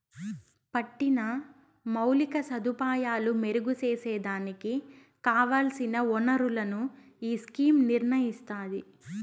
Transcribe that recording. పట్టిన మౌలిక సదుపాయాలు మెరుగు సేసేదానికి కావల్సిన ఒనరులను ఈ స్కీమ్ నిర్నయిస్తాది